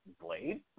blade